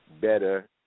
better